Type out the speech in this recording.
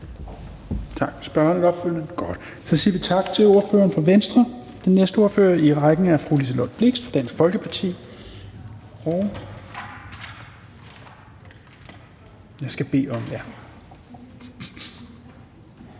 Helveg Petersen): Så siger vi tak til ordføreren for Venstre. Den næste ordfører i rækken er fru Liselott Blixt, Dansk Folkeparti.